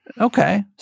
Okay